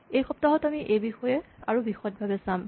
এই সপ্তাহত আমি এই বিষয়ে আৰু বিশদভাৱে চাম